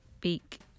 beak